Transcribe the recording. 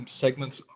segments